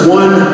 one